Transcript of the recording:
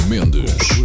Mendes